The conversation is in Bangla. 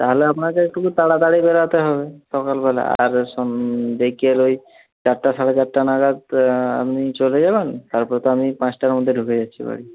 তাহলে আপনাকে একটু তাড়াতাড়ি বেরোতে হবে সকালবেলা আর বিকেল ওই চারটা সাড়ে চারটা নাগাদ আপনি চলে যাবেন তারপর তো আমি পাঁচটার মধ্যে ঢুকে যাচ্ছি বাড়ি